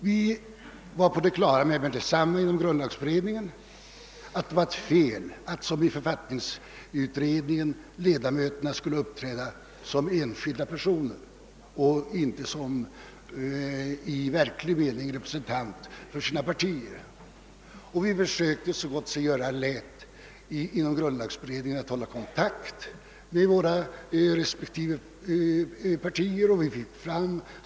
Vi tog där lärdom av vad som skett i författningsutredningen och försökte att så gott sig göra lät hålla kontakt med våra respektive partier.